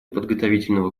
подготовительного